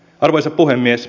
arvoisa puhemies